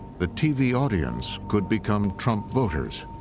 the tv audience could become trump voters.